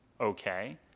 okay